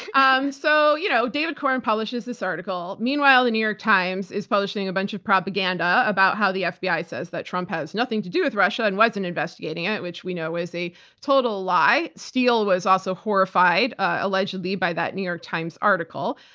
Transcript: um so you know david corn publishes this article. meanwhile, the new york times is publishing a bunch of propaganda about how the fbi says that trump has nothing to do with russia and wasn't investigating it, which we know is a total lie. steele was also horrified allegedly by that new york times article.